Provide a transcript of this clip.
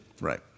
right